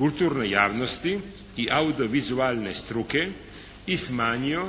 kulturnoj javnosti i audiovizualne struke i smanjio